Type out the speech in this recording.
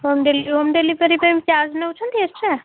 home home delivery ପାଇଁ charge ନେଉଛନ୍ତି extra